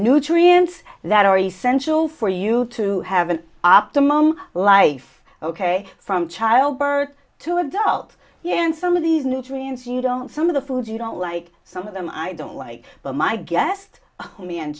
nutrients that are essential for you to have an optimum life ok from childbirth to adult yeah and some of these nutrients you don't some of the foods you don't like some of them i don't like but my guest